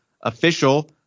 official